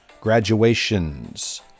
graduations